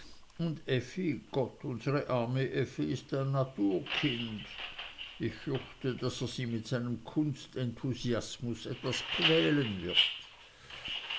und effi gott unsere arme effi ist ein naturkind ich fürchte daß er sie mit seinem kunstenthusiasmus etwas quälen wird